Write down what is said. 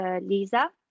lisa